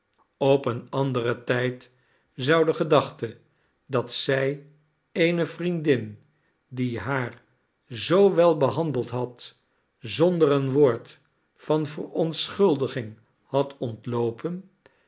op een anderen tijd zou de gedachte dat zij eene vriendin die haar zoo wel behandeld had zonder een woord van verontschuldiging had ontloopen